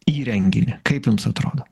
įrenginį kaip jums atrodo